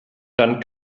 dann